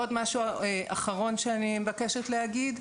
עוד דבר אחרון שאני מבקשת להגיד: